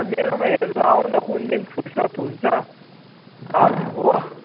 मेरोमा हेर्नु आउनु कुन दिन फुर्सद हुन्छ आऊ हो